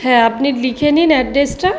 হ্যাঁ আপনি লিখে নিন অ্যাড্রেসটা